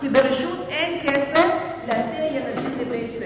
כי לרשות אין כסף להסיע ילדים לבית-הספר.